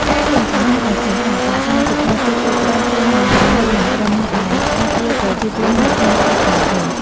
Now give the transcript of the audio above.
ការណ៍នេះបង្ហាញឱ្យឃើញថា គណៈកម្មាធិការជាតិគ្រប់គ្រងគ្រោះមហន្តរាយមិនត្រឹមតែការពារប្រជាជននៅក្នុងស្រុកប៉ុណ្ណោះទេ។